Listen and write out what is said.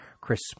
Chris